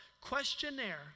questionnaire